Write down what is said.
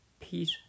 peace